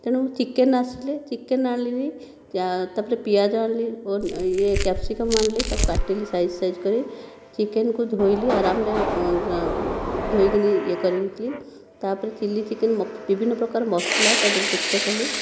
ତେଣୁ ଚିକେନ ଆସିଲେ ଚିକେନ ଆଣିଲି ତା'ପରେ ପିଆଜ ଆଣିଲି କ୍ୟାପ୍ସିକମ ଆଣିଲି ତାକୁ କାଟିଲି ସାଇଜ ସାଇଜ କରିକି ଚିକେନକୁ ଧୋଇଲି ଆରମରେ ଧୋଇଲି ଇଏ କରିକି ତା'ପରେ ଚିଲି ଚିକେନ ବିଭିନ୍ନ ପ୍ରକାର ମସଲା ତା' ଦେହରେ ଯୁକ୍ତ କଲି